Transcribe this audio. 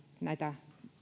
näitä